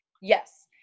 Yes